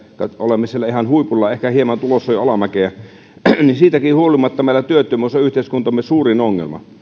olemme siellä ihan huipulla ehkä hieman tulossa jo alamäkeä siitäkin huolimatta meillä työttömyys on yhteiskuntamme suurin ongelma